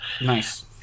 Nice